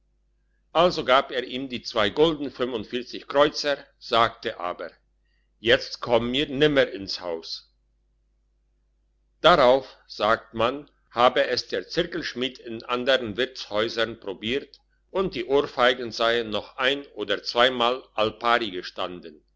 also gab er ihm die zwei gulden kreuzer sagte aber jetzt komm mir nimmer ins haus drauf sagt man habe es der zirkelschmied in andern wirtshäusern probiert und die ohrfeigen seien noch ein oder zweimal al pari gestanden